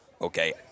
okay